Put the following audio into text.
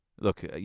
Look